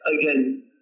again